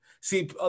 See